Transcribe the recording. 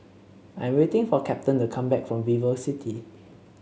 I'm waiting for Captain to come back from VivoCity